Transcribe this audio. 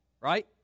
right